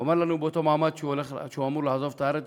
הוא אמר לנו באותו מעמד שהוא אמור לעזוב את הארץ,